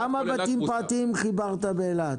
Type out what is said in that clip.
כמה בתים פרטיים חיברת באילת?